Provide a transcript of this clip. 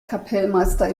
kapellmeister